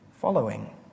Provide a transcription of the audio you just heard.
following